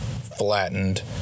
flattened